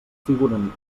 figuren